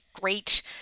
Great